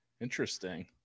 interesting